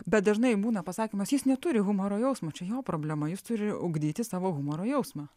bet dažnai būna pasakymas neturi humoro jausmo mačiau jo problemas turi ugdytis humoro jausmą